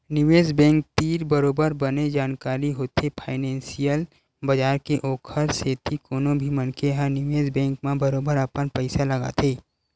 निवेस बेंक तीर बरोबर बने जानकारी होथे फानेंसियल बजार के ओखर सेती कोनो भी मनखे ह निवेस बेंक म बरोबर अपन पइसा लगाथे